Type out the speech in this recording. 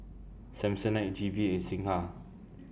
Samsonite Q V and Singha